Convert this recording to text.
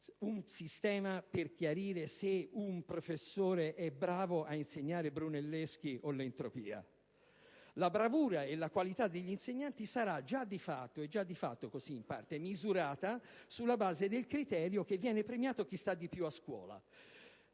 un sistema per decidere se un professore sia bravo a insegnare Brunelleschi o l'entropia. La bravura e la qualità degli insegnanti saranno misurate (e di fatto lo sono già in parte) sulla base del criterio che viene premiato chi sta di più a scuola.